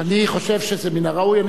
אני חושב שזה מן הראוי.